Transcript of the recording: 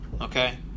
Okay